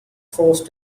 forced